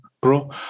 Pro